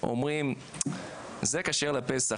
אומרים זה כשר לפסח,